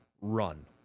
run